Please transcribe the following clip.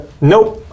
nope